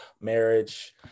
marriage